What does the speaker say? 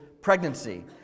pregnancy